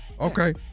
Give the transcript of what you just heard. Okay